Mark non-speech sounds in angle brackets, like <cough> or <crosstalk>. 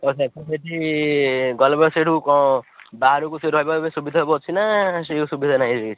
ହଁ sir sir ସେଠି <unintelligible> ସୁବିଧା ଅଛି ନା ସେ ସୁବିଧା ନାହିଁ କିଛି